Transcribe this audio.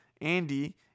Andy